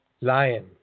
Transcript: Lion